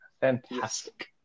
Fantastic